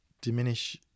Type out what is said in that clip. diminish